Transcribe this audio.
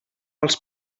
els